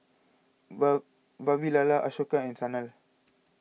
wow Vavilala Ashoka and Sanal